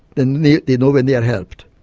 and they they know when they are helped.